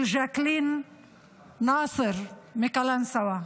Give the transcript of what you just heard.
של ז'קלין נאסר מקלנסווה,